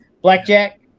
blackjack